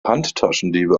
handtaschendiebe